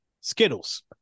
Skittles